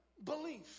Belief